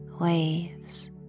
waves